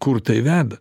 kur tai veda